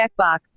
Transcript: checkbox